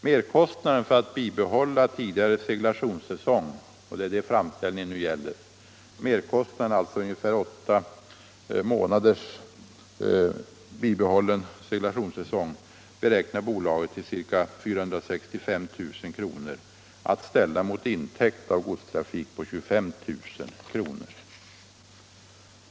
Merkostnaden för att bibehålla tidigare ungefär åtta månaders seglationssäsong — det är det framställningen nu gäller — beräknar bolaget till ca 465 000 kr., att ställa mot intäkt av godstrafik på 25 000 kr.